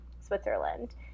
switzerland